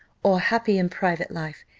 or happy in private life,